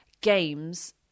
games